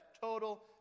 total